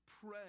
Pray